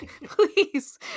Please